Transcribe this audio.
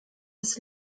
des